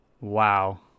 Wow